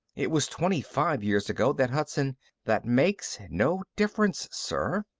it was twenty-five years ago that hudson that makes no difference, sir.